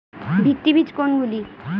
ভিত্তি বীজ কোনগুলি?